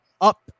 up